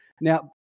Now